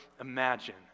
imagine